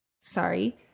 Sorry